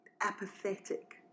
apathetic